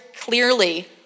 clearly